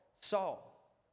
Saul